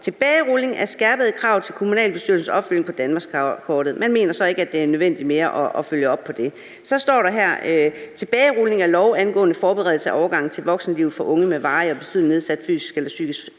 Tilbagerulning af skærpede krav til kommunalbestyrelsens opfølgning på danmarkskortet. Man mener så ikke mere, at det er nødvendigt at følge op på det. Så står der: Tilbagerulning af lov angående forberedelse af overgangen til voksenlivet for unge med varig og betydelig nedsat fysisk eller psykisk